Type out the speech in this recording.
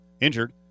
injured